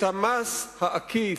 מעלים את המס העקיף,